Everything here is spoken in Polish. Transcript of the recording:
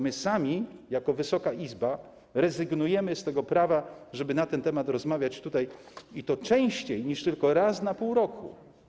My sami jako Wysoka Izba rezygnujemy z tego prawa, żeby na ten temat rozmawiać tutaj, i to częściej niż tylko raz na pół roku.